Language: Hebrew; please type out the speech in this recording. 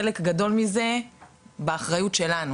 חלק גדול מזה הוא באחריות שלנו.